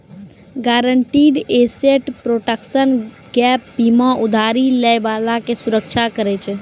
guaranteed asset protection gap बीमा उधारी लै बाला के सुरक्षा करै छै